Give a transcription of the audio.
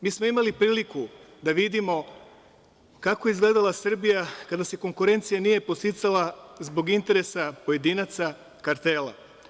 Mi smo imali priliku da vidimo kako je izgledala Srbija kada se konkurencija nije podsticala zbog interesa pojedinaca, kartela.